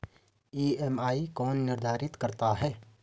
EMI कौन निर्धारित करता है?